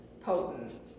potent